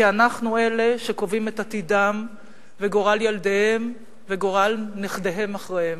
כי אנחנו אלה שקובעים את עתידם וגורל ילדיהם וגורל נכדיהם אחריהם.